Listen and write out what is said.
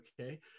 okay